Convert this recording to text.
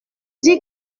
dit